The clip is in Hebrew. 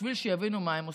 בשביל שהם יבינו מה הם עושים.